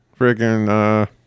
freaking